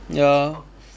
ya